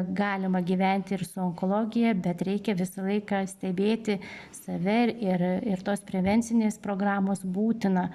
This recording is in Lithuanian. galima gyventi ir su onkologija bet reikia visą laiką stebėti save ir ir tos prevencinės programos būtina